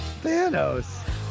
Thanos